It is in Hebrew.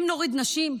אם נוריד נשים,